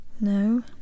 no